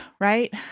right